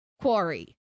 quarry